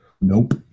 Nope